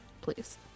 please